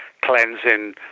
cleansing